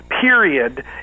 period